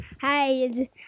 Hi